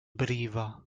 brifo